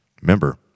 remember